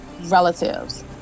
relatives